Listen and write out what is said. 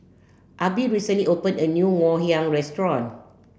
Abby recently opened a new ngoh hiang restaurant